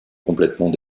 complètement